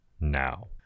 now